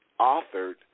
authored